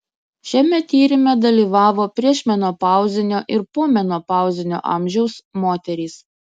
šiame tyrime dalyvavo priešmenopauzinio ir pomenopauzinio amžiaus moterys